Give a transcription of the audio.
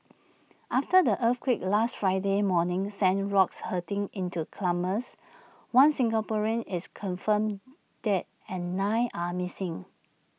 after the earthquake last Friday morning sent rocks hurtling into climbers one Singaporean is confirmed dead and nine are missing